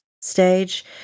stage